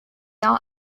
are